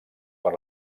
per